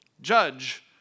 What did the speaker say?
Judge